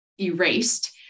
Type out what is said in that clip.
erased